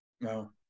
No